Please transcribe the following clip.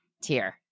tier